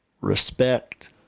respect